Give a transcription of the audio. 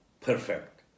perfect